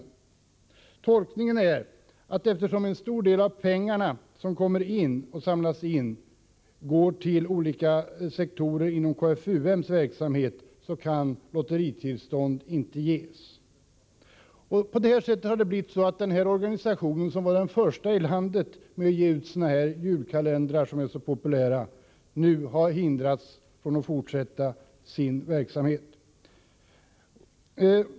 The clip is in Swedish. Den tolkning man gör är att eftersom en stor del av de pengar som samlas in går till olika sektorer av KFUM:s verksamhet, kan lotteritillstånd inte ges. Därför har den organisationen, som var den första i landet att ge ut sådana här julkalendrar, som är så populära, nu hindrats från att fortsätta den verksamheten.